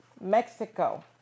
Mexico